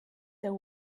there